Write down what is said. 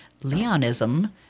Leonism